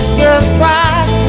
surprise